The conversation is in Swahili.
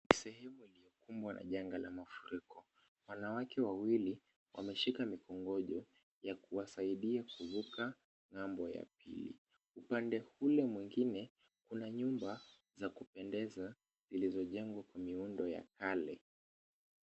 Ni sehemu iliyokumbwa na janga la mafuriko. Wanawake wawili wameshika mikongojo ya kuwasaidia kuvuka ng'ambo ya pili. Upande ule mwingine kuna nyumba za kupendeza zilizojengwa kwa miundo ya kale.